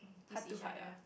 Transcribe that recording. this each other